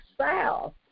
south